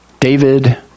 David